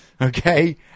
Okay